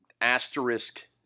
asterisk